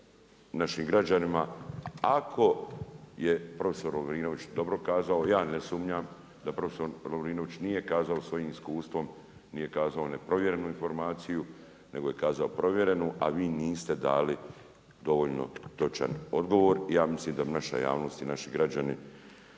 našim građanima ako je profesor Lovrinović dobro kazao. Ja ne sumnjam da prof. Lovrinović nije kazao svojim iskustvom, nije kazao neprovjerenu informaciju nego je kazao provjerenu, a vi niste dali dovoljno točan odgovor. Ja mislim da bi naša javnost i naši građani